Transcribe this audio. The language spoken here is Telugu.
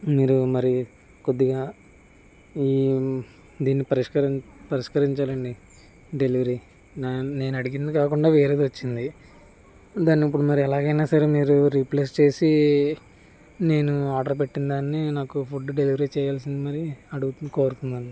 మీరు మరి కొద్దిగా ఈ దీన్ని పరిష్క పరిష్కరించాలండి డెలివరీ నాన్ నేను అడిగింది కాకుండా వేరేది వచ్చింది దాన్ని ఇప్పుడు మరి ఎలాగైనా సరే మీరు రీప్లేస్ చేసి నేను ఆర్డర్ పెట్టిన దాన్ని నాకు ఫుడ్ డెలివరీ చేయాల్సింది మరి అడుగుతూ కోరుతున్నాను